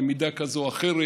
במידה כזו או אחרת,